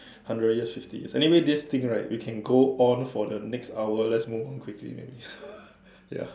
hundred years fifty years anyway this thing right we can go on for the next hour let's move on quickly maybe ya